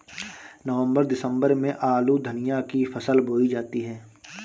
नवम्बर दिसम्बर में आलू धनिया की फसल बोई जाती है?